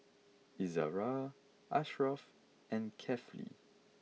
Izzara Ashraff and Kefli